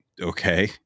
okay